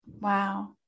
Wow